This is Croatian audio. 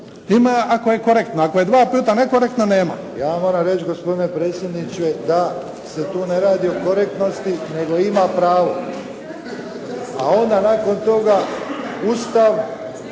Ima ako je korektno. Ako je dva puta nekorektno, nema. **Ostojić, Ranko (SDP)** Ja moram reći gospodine predsjedniče da se tu ne radi o korektnosti, nego ima pravo. A onda nakon toga Ustav,